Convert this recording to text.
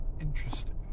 interesting